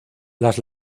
las